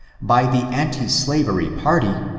by the anti-slavery party,